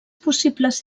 possibles